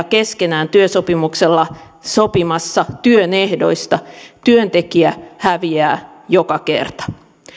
keskenään työsopimuksella sopimassa työn ehdoista työntekijä häviää joka kerta